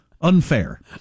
unfair